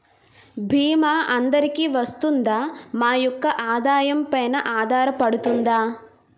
భీమా అందరికీ వరిస్తుందా? మా యెక్క ఆదాయం పెన ఆధారపడుతుందా?